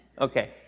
Okay